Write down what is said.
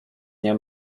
nie